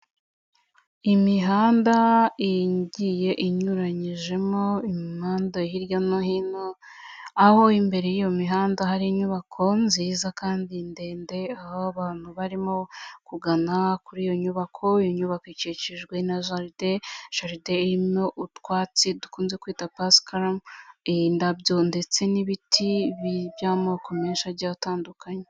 Imihanda igiye inyuranyijemo imihanda hirya no hino, aho imbere y'iyo mihanda hari inyubako nziza kandi ndende, aho abantu barimo kugana kuri iyo nyubako; iyo nyubako ikikijwe na jaride; jaride irimo utwatsi dukunze kwita pasikarama, indabyo ndetse n'ibiti by'amoko menshi agiye atandukanye.